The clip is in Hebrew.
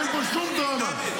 אין פה שום דרמה.